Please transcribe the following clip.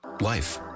Life